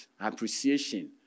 appreciation